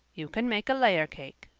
you can make a layer cake,